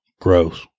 gross